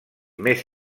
més